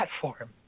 platform